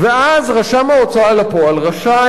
ואז רשם ההוצאה לפועל רשאי,